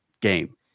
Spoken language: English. game